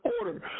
order